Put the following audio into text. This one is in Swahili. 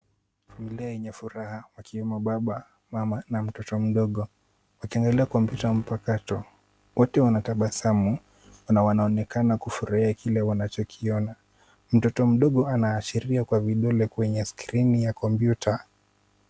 Familia yenye furaha akiwemo baba, mama na mtoto mdogo, wakiangalia kompyuta mpakato. Wote wanatabasamu na wanaonekana kufurahia kile wanachokiona. Mtoto mdogo anaashiria kwa vidole kwenye skrini ya kompyuta.